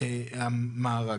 תמר.